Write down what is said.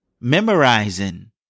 memorizing